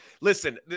listen